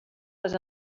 les